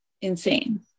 insane